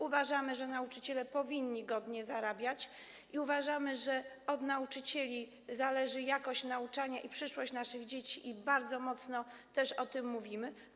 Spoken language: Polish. Uważamy, że nauczyciele powinni godnie zarabiać, i uważamy, że od nauczycieli zależy jakość nauczania i przyszłość naszych dzieci, i bardzo mocno też o tym mówimy.